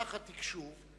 ככה התקשוב,